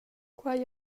quei